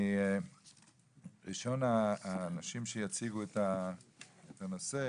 ראשון האנשים שיציגו את הנושא